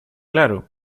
claro